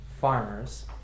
farmers